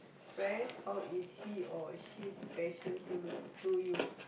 friends how is he or she special to you to you